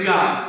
God